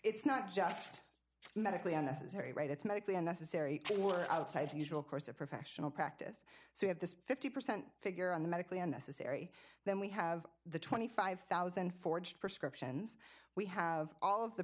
it's not just medically unnecessary right it's medically unnecessary or outside the usual course of professional practice so you have this fifty percent figure on the medically unnecessary then we have the twenty five thousand dollars forged prescriptions we have all of the